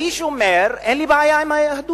האיש אומר: אין לי בעיה עם היהדות,